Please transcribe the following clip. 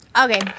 Okay